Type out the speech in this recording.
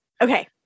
Okay